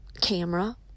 camera